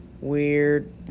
Weird